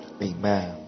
Amen